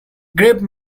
grave